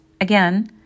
again